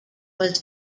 was